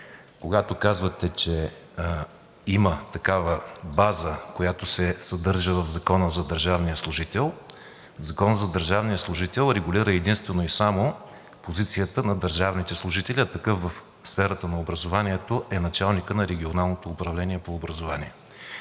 Когато казвате, че има такава база, която се съдържа в Закона за държавния служител – Законът за държавния служител, регулира единствено и само позицията на държавните служители, а такъв в сферата на образованието е началникът на Регионалното управление по образование.